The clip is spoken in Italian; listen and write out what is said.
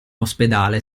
ospedale